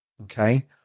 okay